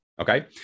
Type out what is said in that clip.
okay